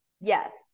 Yes